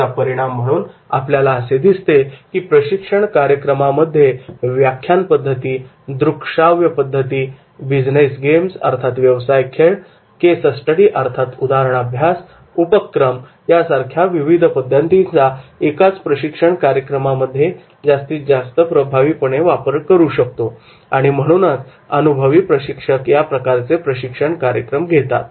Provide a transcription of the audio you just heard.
याचा परिणाम म्हणून आपल्याला असे दिसते की प्रशिक्षण कार्यक्रमामध्ये व्याख्यान पद्धती दृकश्राव्य पद्धती बिजनेस गेम्स व्यवसाय खेळ उपक्रम केस स्टडी उदाहरण अभ्यास यासारख्या विविध पद्धतींचा एकाच प्रशिक्षण कार्यक्रमामध्ये वापर जास्त प्रभावी ठरू शकतो आणि म्हणूनच अनुभवी प्रशिक्षक या प्रकारे प्रशिक्षण कार्यक्रम घेतात